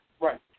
Right